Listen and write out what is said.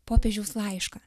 popiežiaus laišką